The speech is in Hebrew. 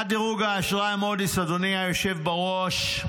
אדוני היושב בראש,